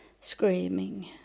screaming